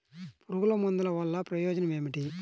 పురుగుల మందుల వల్ల ప్రయోజనం ఏమిటీ?